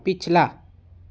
पिछला